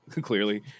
clearly